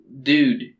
dude